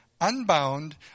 unbound